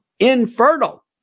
infertile